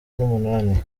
n’umunani